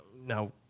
now